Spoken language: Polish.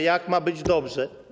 Jak ma być dobrze?